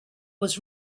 was